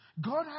God